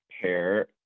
pair